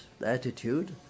attitude